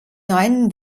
neuen